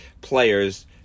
players